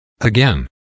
Again